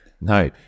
No